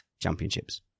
Championships